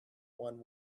one